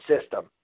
system